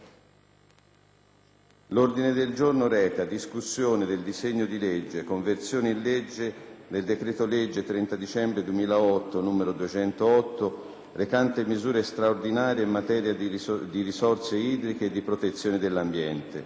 in sede di discussione del disegno di legge di conversione del decreto-legge 30 dicembre 2008, n. 208, recante misure straordinarie in materia di risorse idriche e di protezione dell'ambiente,